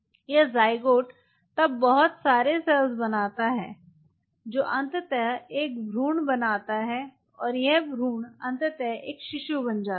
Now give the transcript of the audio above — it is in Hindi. यह ज़ायगोट तब बहुत सरे सेल्स बनाता है जो अंततः एक भ्रूण बनाता है और यह भ्रूण अंततः एक शिशु बन जाता है